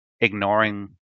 ignoring